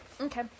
Okay